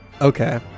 Okay